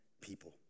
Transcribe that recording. people